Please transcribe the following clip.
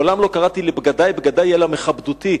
מעולם לא קראתי לבגדי בגדי, אלא מכבדותי.